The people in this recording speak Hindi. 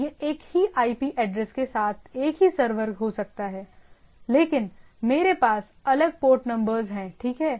तो यह एक ही आईपी एड्रेस के साथ एक ही सर्वर हो सकता है लेकिन मेरे पास अलग पोर्ट नंबर हैं ठीक है